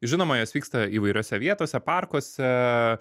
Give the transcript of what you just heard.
žinoma jos vyksta įvairiose vietose parkuose